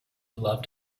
loved